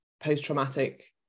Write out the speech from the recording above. post-traumatic